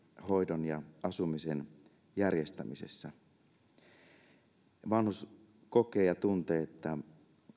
hoidon ja asumisen järjestämisessä ja vanhus kokee ja tuntee että